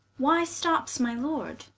why stoppes my lord?